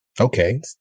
okay